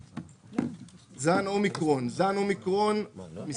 ""זן אומיקרון" זן אומיקרון Omicron